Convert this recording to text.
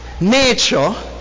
nature